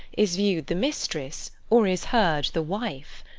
is view'd the mistress, or is heard the wife.